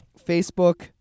Facebook